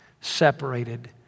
separated